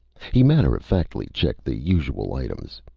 he matter-of-factly checked the usual items.